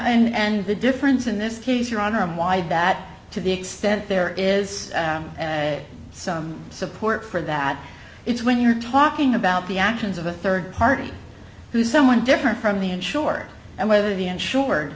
insurer and the difference in this case your honor i'm wide that to the extent there is some support for that it's when you're talking about the actions of a third party who someone different from the insured and whether the insured